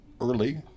early